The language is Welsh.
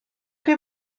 chi